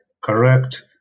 correct